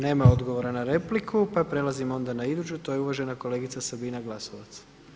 Nema odgovora na repliku, pa prelazimo onda na iduću, to je uvažena kolegica Sabina Glasovac.